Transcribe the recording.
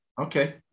Okay